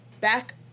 back